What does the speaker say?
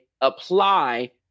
apply